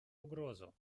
угрозу